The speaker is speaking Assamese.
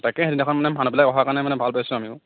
তাকে সেইদিনাখন মানে মানুহবিলাক অহা কাৰণে মানে ভাল পাইছোঁ আমিও